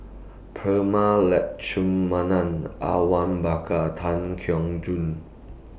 Prema Letchumanan Awang Bakar Tan Keong Choon